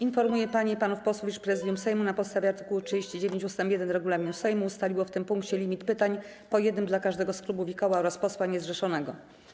Informuję panie i panów posłów, iż Prezydium Sejmu na podstawie art. 39 ust. 1 regulaminu Sejmu ustaliło w tym punkcie limit pytań: po jednym dla każdego z klubów i koła oraz posła niezrzeszonego.